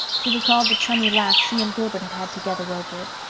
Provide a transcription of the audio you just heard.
she recalled the chummy laugh she and gilbert had had together over it,